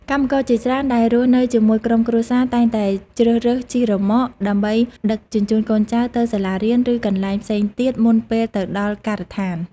កម្មករជាច្រើនដែលរស់នៅជាមួយក្រុមគ្រួសារតែងតែជ្រើសរើសជិះរ៉ឺម៉ក ដើម្បីដឹកជញ្ជូនកូនចៅទៅសាលារៀនឬកន្លែងផ្សេងទៀតមុនពេលទៅដល់ការដ្ឋាន។